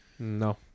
No